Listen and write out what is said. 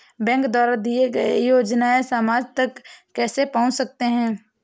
Bank द्वारा दिए गए योजनाएँ समाज तक कैसे पहुँच सकते हैं?